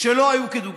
שלא היו כדוגמתם.